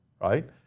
right